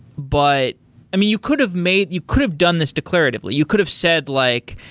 but i mean, you could have made, you could have done this declaratively. you could have said like,